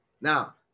Now